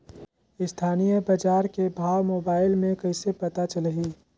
स्थानीय बजार के भाव मोबाइल मे कइसे पता चलही?